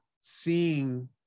seeing